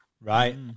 Right